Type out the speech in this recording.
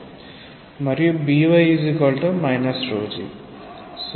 మరియు by g సొddy g